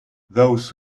those